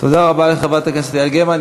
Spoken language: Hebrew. תודה רבה לחברת הכנסת יעל גרמן.